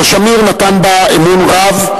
מר שמיר נתן בה אמון רב,